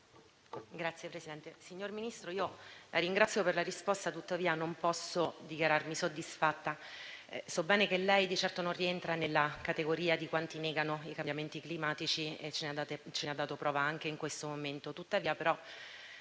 *(M5S)*. Signor Ministro, la ringrazio per la risposta, ma non posso dichiararmi soddisfatta. So bene che lei di certo non rientra nella categoria di quanti negano i cambiamenti climatici e ce ne ha dato prova anche in questo momento.